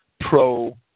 pro